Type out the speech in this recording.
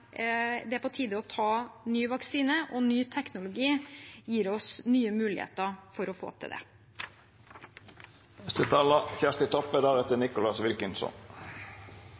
det er på tide å ta ny vaksine, og ny teknologi gir oss nye muligheter for å få til